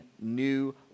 new